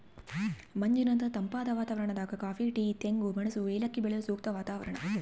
ಮಂಜಿನಂತಹ ತಂಪಾದ ವಾತಾವರಣದಾಗ ಕಾಫಿ ಟೀ ತೆಂಗು ಮೆಣಸು ಏಲಕ್ಕಿ ಬೆಳೆಯಲು ಸೂಕ್ತ ವಾತಾವರಣ